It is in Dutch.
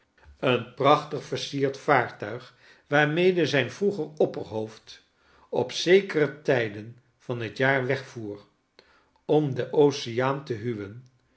een prachtig versierd vaartuig waarmede zijn vroeger opperhoofd op zekere tijden van het jaar wegvoer om den oceaan te huwen